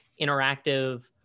interactive